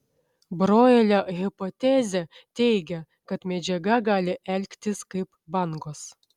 broilio hipotezė teigia kad medžiaga gali elgtis kaip bangos